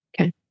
okay